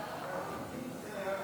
הצבעה.